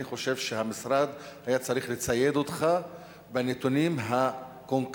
אני חושב שהמשרד היה צריך לצייד אותך בנתונים הקונקרטיים